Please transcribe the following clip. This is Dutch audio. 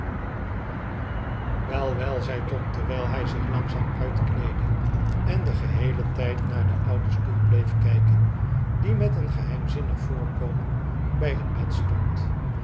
wel wel zei tom terwijl hij zich langzaam uitkleedde en den geheelen tijd naar den ouden stoel bleef kijken die met een geheimzinnig voorkomen bij het bed stond